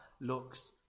looks